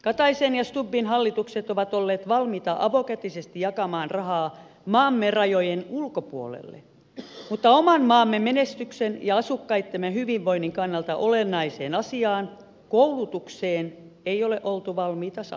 kataisen ja stubbin hallitukset ovat olleet valmiita avokätisesti jakamaan rahaa maamme rajojen ulkopuolelle mutta oman maamme menestyksen ja asukkaittemme hyvinvoinnin kannalta olennaiseen asiaan koulutukseen ei ole oltu valmiita satsaamaan